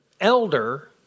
elder